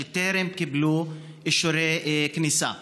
שטרם קיבלו אישורי כניסה.